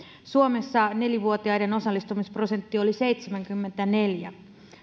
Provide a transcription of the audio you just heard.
suomessa neljä vuotiaiden osallistumisprosentti oli seitsemänkymmentäneljä